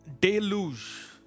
deluge